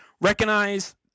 Recognize